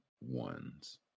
ones